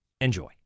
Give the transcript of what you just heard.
Enjoy